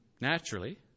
naturally